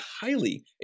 highly